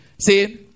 See